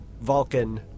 Vulcan